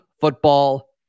football